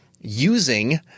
using